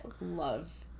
love